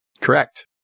Correct